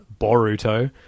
Boruto